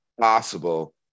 possible